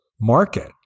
market